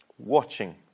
Watching